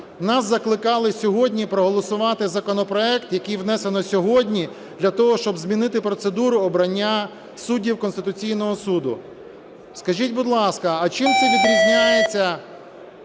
Нас закликали сьогодні проголосувати законопроект, який внесено сьогодні для того, щоб змінити процедуру обрання суддів Конституційного Суду. Скажіть, будь ласка, а чим це відрізняється